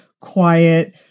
quiet